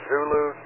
Zulu